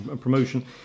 promotion